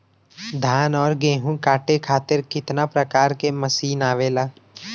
धान और गेहूँ कांटे खातीर कितना प्रकार के मशीन आवेला?